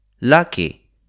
Lucky